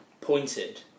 pointed